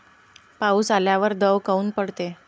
पाऊस आल्यावर दव काऊन पडते?